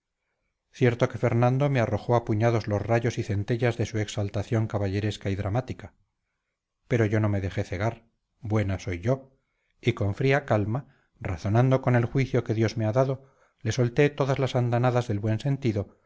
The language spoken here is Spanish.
cierto que fernando me arrojó a puñados los rayos y centellas de su exaltación caballeresca y dramática pero yo no me dejé cegar buena soy yo y con fría calma razonando con el juicio que dios me ha dado le solté todas las andanadas del buen sentido